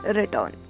return